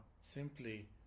simply